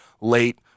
late